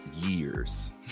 years